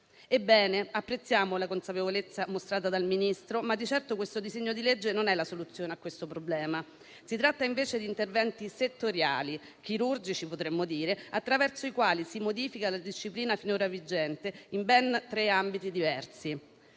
Ebbene, apprezziamo la consapevolezza mostrata dal Ministro, ma di certo questo disegno di legge non è la soluzione al problema. Si tratta invece di interventi settoriali - chirurgici potremmo dire - attraverso i quali si modifica la disciplina finora vigente in ben tre ambiti diversi.